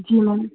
जी ma'am